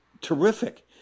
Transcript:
terrific